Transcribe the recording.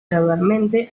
gradualmente